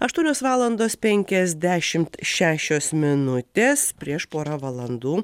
aštuonios valandos penkiasdešimt šešios minutės prieš porą valandų